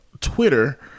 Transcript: Twitter